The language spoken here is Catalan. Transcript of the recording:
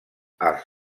als